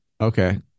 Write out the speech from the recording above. Okay